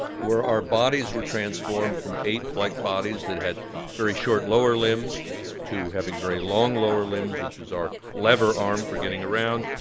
our bodies were transformed from ape-like bodies that had very short lower limbs to having very long lower limbs, which is our lever arm for getting around.